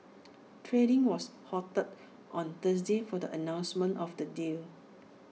trading was halted on Thursday for the announcement of the deal